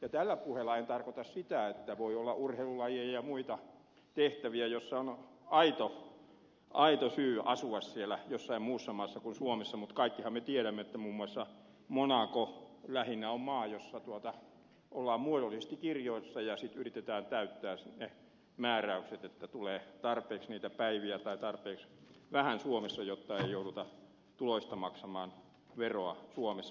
ja tällä puheella en tarkoita sitä ettei voi olla urheilulajeja ja muita tehtäviä joiden vuoksi on aito syy asua jossain muussa maassa kuin suomessa mutta kaikkihan me tiedämme että muun muassa monaco lähinnä on maa jossa ollaan muodollisesti kirjoilla ja sitten yritetään täyttää ne määräykset että tulee tarpeeksi vähän niitä päiviä suomessa jotta ei jouduta tuloista maksamaan veroa suomessa